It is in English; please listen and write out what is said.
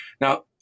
Now